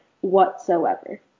whatsoever